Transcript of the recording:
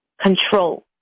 control